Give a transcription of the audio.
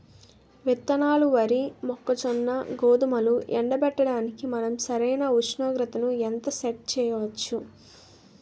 విత్తనాలు వరి, మొక్కజొన్న, గోధుమలు ఎండబెట్టడానికి మనం సరైన ఉష్ణోగ్రతను ఎంత సెట్ చేయవచ్చు?